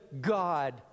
God